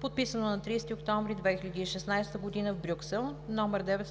подписано на 30 октомври 2016 г. в Брюксел, №